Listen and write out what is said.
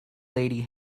lady